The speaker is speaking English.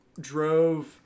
drove